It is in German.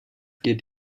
geht